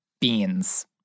beans